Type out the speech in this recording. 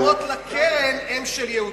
90% מהתרומות לקרן הם של יהודים.